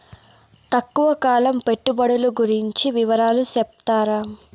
తక్కువ కాలం పెట్టుబడులు గురించి వివరాలు సెప్తారా?